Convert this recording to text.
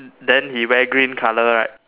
then he wear green colour right